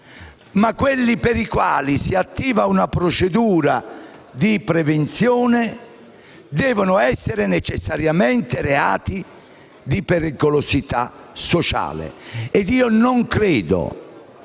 ma quelli per i quali si attiva una procedura di prevenzione devono essere necessariamente di elevata pericolosità sociale e non credo